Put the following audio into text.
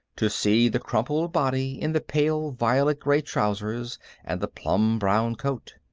to see the crumpled body in the pale violet-gray trousers and the plum-brown coat.